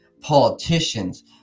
politicians